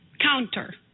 counter